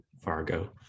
Fargo